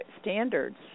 standards